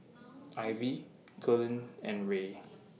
Ivey Cullen and Rae